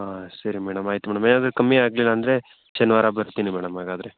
ಹಾಂ ಸರಿ ಮೇಡಮ್ ಆಯಿತು ಮೇಡಮ್ ಏನಾದರೂ ಕಮ್ಮಿ ಆಗಲಿಲ್ಲ ಅಂದರೆ ಶನಿವಾರ ಬರ್ತೀನಿ ಮೇಡಮ್ ಹಾಗಾದರೆ